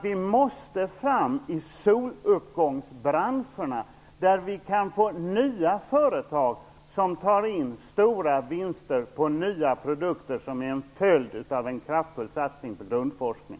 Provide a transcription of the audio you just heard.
Vi måste fram i soluppgångsbranscherna, där vi kan få nya företag som tar in stora vinster på nya produkter som är en följd av en kraftfull satsning på grundforskning.